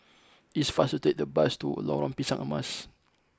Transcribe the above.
it is faster to take the bus to Lorong Pisang Emas